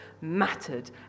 mattered